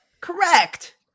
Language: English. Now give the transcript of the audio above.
Correct